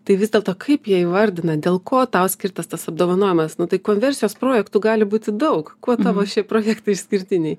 tai vis dėlto kaip jie įvardina dėl ko tau skirtas tas apdovanojimas nu tai konversijos projektų gali būti daug kuo šie projektai išskirtiniai